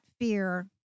fear